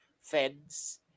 fence